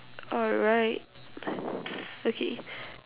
alright okay